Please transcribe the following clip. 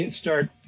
start